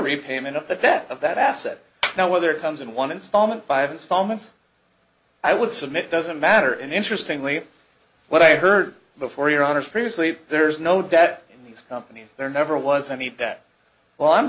repayment of the bet of that asset now whether it comes in one installment five installments i would submit it doesn't matter in interesting way what i heard before your honor's previously there is no debt in these companies there never was any that well i'm